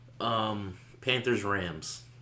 Panthers-Rams